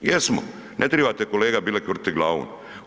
Jesmo, ne trebate kolega Bilek, vrtiti glavom.